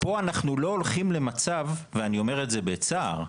פה אנחנו לא הולכים למצב, ואני אומר את זה בצער,